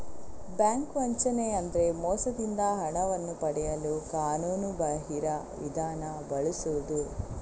bank ವಂಚನೆ ಅಂದ್ರೆ ಮೋಸದಿಂದ ಹಣವನ್ನು ಪಡೆಯಲು ಕಾನೂನುಬಾಹಿರ ವಿಧಾನ ಬಳಸುದು